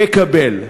יקבל.